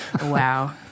Wow